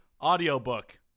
audiobook